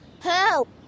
Help